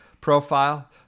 profile